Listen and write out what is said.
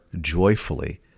joyfully